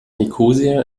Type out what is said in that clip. nikosia